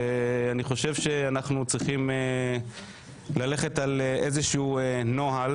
אני חושב שאנחנו צריכים ללכת על איזה שהוא נוהל